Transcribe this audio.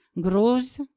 grows